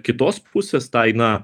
kitos pusės tai na